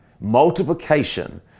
multiplication